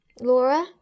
Laura